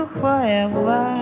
forever